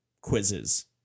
quizzes